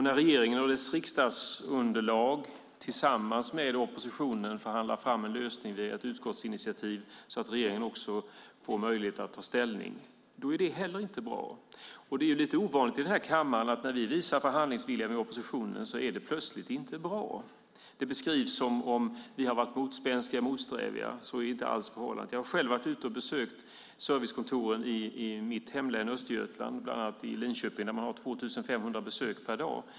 När regeringen och dess riksdagsunderlag tillsammans med oppositionen förhandlar fram en lösning via ett utskottsinitiativ så att regeringen får möjlighet att ta ställning är det inte heller bra. Det är lite ovanligt att när vi i den här kammaren visar på handlingsvilja tillsammans med oppositionen är det plötsligt inte bra. Det beskrivs som om vi har varit motspänstiga och motsträviga. Så är inte alls förhållandet. Jag har själv besökt servicekontoren i mitt hemlän Östergötland, bland annat i Linköping där man har 2 500 besök per månad.